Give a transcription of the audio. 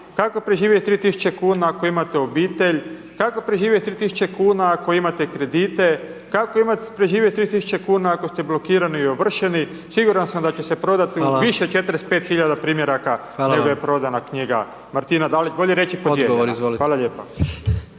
kako preživjeti s 3000 kn ako imate obitelj, kako preživjeti s 3000 kn ako imate kredite, kako preživjeti s 3000 kn ako ste blokirani i ovršeni, siguran sam da će se prodati u više od 45 hiljada primjeraka, nego je prodana knjiga Martina Dalić, bolje reći …/Govornik se ne